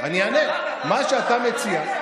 לא, סליחה, מה שאתה מציע,